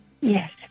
Yes